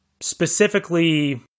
specifically